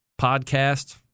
Podcast